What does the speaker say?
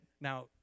Now